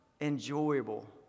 enjoyable